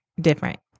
different